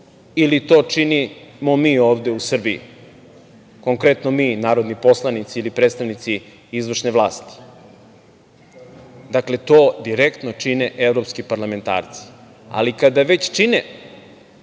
ili to činimo mi ovde u Srbiji, konkretno mi, narodni poslanici, ili predstavnici izvršne vlasti. Dakle, to direktno čine evropski parlamentarci. Ali, kada već čine